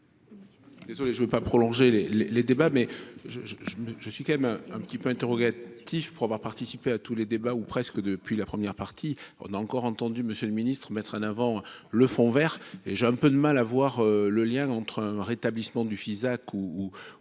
Désolé, je ne veux pas prolonger les, les, les débats mais je je je me je suis quand même un petit peu interrogatifs pour avoir participé à tous les débats ou presque depuis la première partie, on a encore entendu Monsieur le Ministre, mettre en avant le fond Vert et j'ai un peu de mal à voir le lien entre un rétablissement du Fisac ou